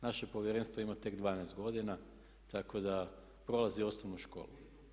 Naše Povjerenstvo ima tek 12 godina, tako da prolazi osnovnu školu.